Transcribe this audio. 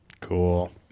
Cool